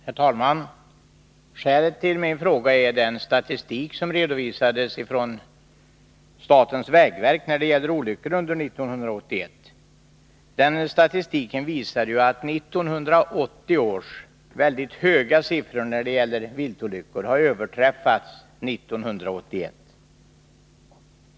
Herr talman! Skälet till min fråga är den statistik som redovisats från statens vägverk beträffande olyckor under 1981. Den statistiken visade ju att 1980 års väldigt höga siffror när det gäller viltolyckor har överträffats 1981.